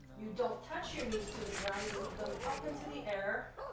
you don't touch your knees to ground. you lead them up into the air